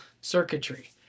circuitry